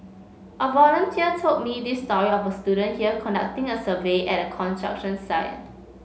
a volunteer told me this story of a student here conducting a survey at a construction site